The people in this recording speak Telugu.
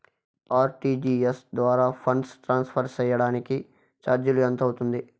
ఆర్.టి.జి.ఎస్ ద్వారా ఫండ్స్ ట్రాన్స్ఫర్ సేయడానికి చార్జీలు ఎంత అవుతుంది